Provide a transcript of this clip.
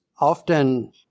often